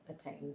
attained